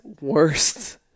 worst